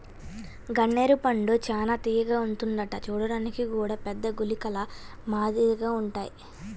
గన్నేరు పండు చానా తియ్యగా ఉంటదంట చూడ్డానికి గూడా పెద్ద గుళికల మాదిరిగుంటాయ్